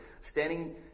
standing